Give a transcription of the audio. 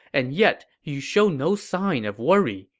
and yet you show no sign of worry.